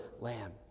Lamb